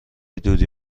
دودی